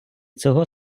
цього